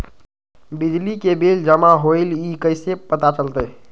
बिजली के बिल जमा होईल ई कैसे पता चलतै?